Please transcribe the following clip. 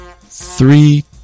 Three